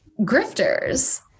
grifters